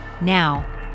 Now